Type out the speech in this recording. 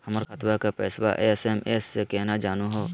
हमर खतवा के पैसवा एस.एम.एस स केना जानहु हो?